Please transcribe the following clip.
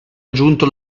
aggiunto